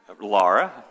Laura